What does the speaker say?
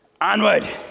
Onward